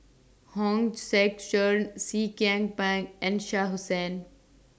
Hong Sek Chern Seah Kian Peng and Shah Hussain